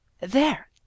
There